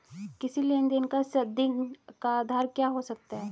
किसी लेन देन का संदिग्ध का आधार क्या हो सकता है?